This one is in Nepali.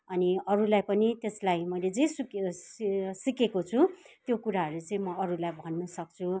अनि अरूलाई पनि त्यसलाई मैले जे सुकै होस् सिकेको छु त्यो कुराहरू चाहिँ म अरूलाई भन्न सक्छु